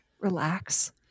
relax